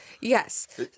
Yes